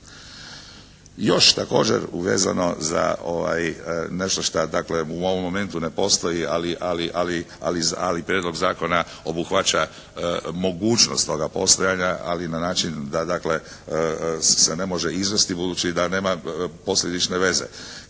Još također uvezano za nešto što dakle u ovom momentu ne postoji ali Prijedlog zakona obuhvaća mogućnost toga postojanja ali na način da dakle se ne može izvesti budući da nema posljedične veze.